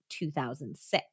2006